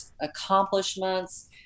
accomplishments